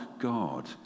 God